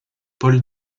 paul